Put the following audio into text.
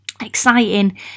exciting